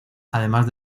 además